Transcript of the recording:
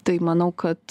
tai manau kad